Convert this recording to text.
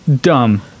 dumb